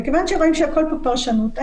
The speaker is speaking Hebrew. רואים שהכול פה פרשנות.